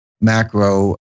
macro